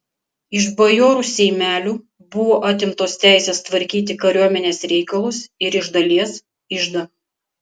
iš bajorų seimelių buvo atimtos teisės tvarkyti kariuomenės reikalus ir iš dalies iždą